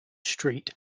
street